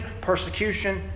persecution